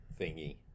thingy